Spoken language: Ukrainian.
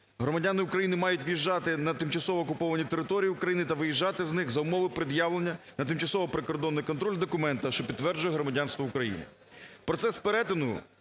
Громадяни України мають в'їжджати на тимчасово окуповані території України та виїжджати з них за умови пред'явлення на тимчасовий прикордонний контроль документу, що підтверджує громадянство України.